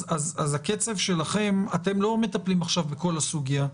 הקצב שלכם אתם לא מטפלים עכשיו בכל הסוגיה.